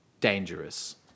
dangerous